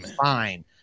fine